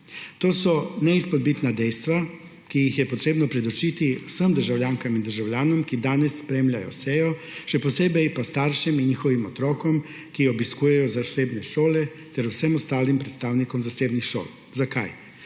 To so neizpodbitna dejstva, ki jih je potrebno predložiti vsem državljankam in državljanom, ki danes spremljajo sejo, še posebej pa staršem in njihovim otrokom, ki obiskujejo zasebne šole, ter vsem ostalim predstavnikom zasebnih šol. Zakaj?